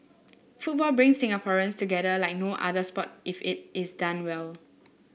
football brings Singaporeans together like no other sport if it is done well